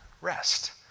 rest